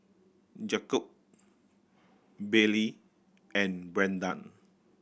Jakob Baylee and Brandan